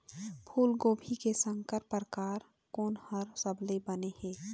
फूलगोभी के संकर परकार कोन हर सबले बने ये?